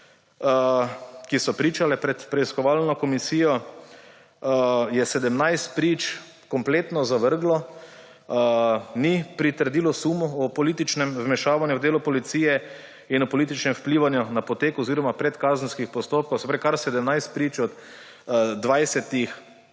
ki so pričale pred preiskovalno komisijo, je 17 prič kompletno zavrglo, ni pritrdilo sumu o političnem vmešavanju v delo policije in o političnem vplivanju na potek oziroma izid predkazenskih postopkov. Se pravi, kar 17 prič od 20 ni